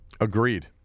Agreed